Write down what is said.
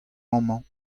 amañ